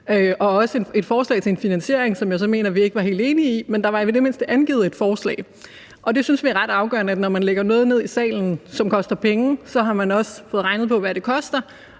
og også et forslag til en finansiering, som jeg mener at vi ikke var helt enige i. Men der var i det mindste angivet et forslag. Vi synes, det er ret afgørende, at når man lægger noget ned i salen, som koster penge, har man også fået regnet på, hvad det koster,